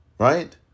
Right